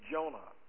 Jonah